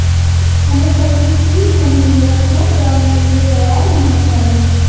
हमें कल के सीड मनी इन्वेस्टमेंट राउंड के लिए तैयार रहना चाहिए